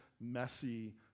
messy